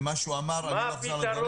של מה שהוא אמר --- מה הפתרון?